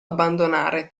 abbandonare